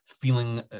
feeling